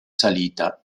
salita